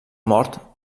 mort